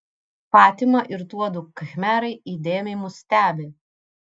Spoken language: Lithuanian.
fatima ir tuodu khmerai įdėmiai mus stebi